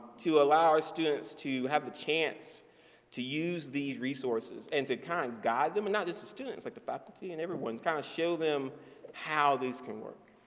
to allow our students to have the chance to use these resources and to kind of guide them, and not just the students, like the faculty and everyone kind of show them how these can work.